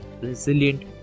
resilient